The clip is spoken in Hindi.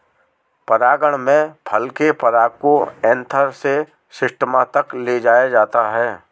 परागण में फल के पराग को एंथर से स्टिग्मा तक ले जाया जाता है